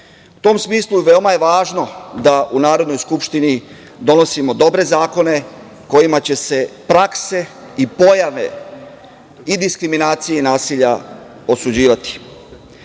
tom smislu, veoma je važno da u Narodnoj Skupštini donosimo dobre zakone kojima će se prakse i pojave i diskriminacije i nasilja osuđivati. Ono